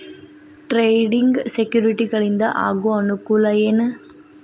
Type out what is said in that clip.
trading ಸೆಕ್ಯುರಿಟಿಗಳಿಂದ ಆಗೋ ಅನುಕೂಲ ಏನ